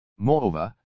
Moreover